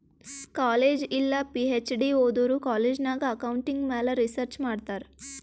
college ಇಲ್ಲ PhD ಓದೋರು college ನಾಗ್ ಅಕೌಂಟಿಂಗ್ ಮ್ಯಾಲ ರಿಸರ್ಚ್ ಮಾಡ್ತಾರ್